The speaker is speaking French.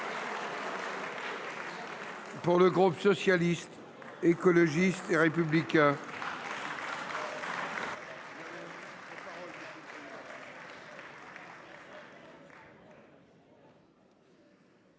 pour le groupe Socialiste, Écologiste et Républicain.